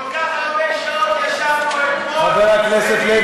כל כך הרבה שעות ישבנו אתמול וכאילו,